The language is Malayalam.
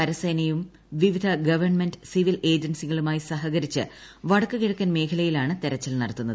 കരസേനയും വിവിധ ഗവൺമെന്റ് സിവിൽ ഏജൻസികളുമായി സഹകരിച്ച് വടക്ക് കിഴക്കൻ മേഖലയിലാണ് തിരച്ചിൽ നടത്തുന്നത്